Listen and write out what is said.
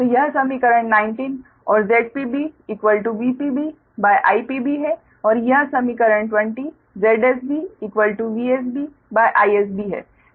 तो यह समीकरण 19 और ZpBVpB IpB है और यह समीकरण 20 ZsBVsB IsB है